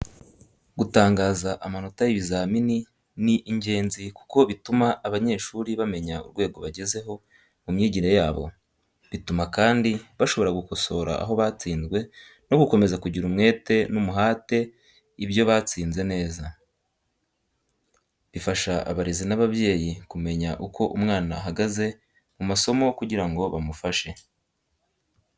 Gutangaza amanota y’ibizamini ni ingenzi kuko bituma abanyeshuri bamenya urwego bagezeho mu myigire yabo. Bituma kandi bashobora gukosora aho batsinzwe no gukomeza kugira umwete n’umuhate ibyo batsinze neza. Bifasha abarezi n’ababyeyi kumenya uko umwana ahagaze mu masomo kugira ngo bamufashe.